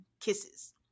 kisses